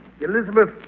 Elizabeth